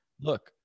look